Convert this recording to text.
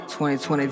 2020